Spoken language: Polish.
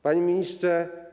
Panie Ministrze!